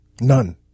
None